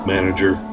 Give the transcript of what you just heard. Manager